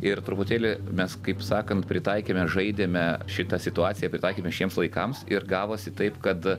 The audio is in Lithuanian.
ir truputėlį mes kaip sakant pritaikėme žaidėme šitą situaciją pritaikėme šiems laikams ir gavosi taip kad